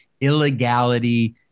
illegality